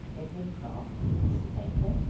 edward clarke, mr. barker,